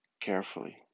carefully